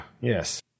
yes